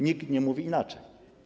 Nikt nie mówi inaczej.